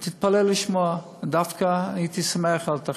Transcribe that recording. תתפלא לשמוע, דווקא שמחתי על התחקיר,